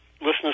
listeners